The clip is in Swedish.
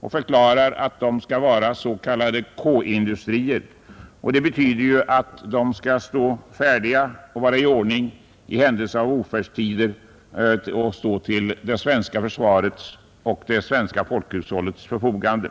och förklarar dem vara s.k. K-industrier, vilket betyder att de skall vara färdiga att under ofärdstider stå till det svenska försvarets och folkhushållets förfogande.